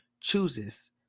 chooses